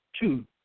two